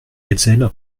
hetzel